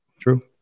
True